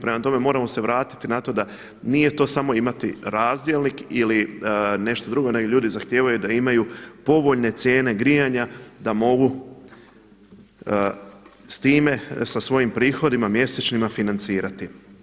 Prema tome, moramo se vratiti na to da nije to samo imati razdjelnik ili nešto drugo, nego ljudi zahtijevaju da imaju povoljne cijene grijanja da mogu s time sa svojim prihodima mjesečnima financirati.